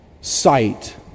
sight